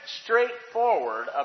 straightforward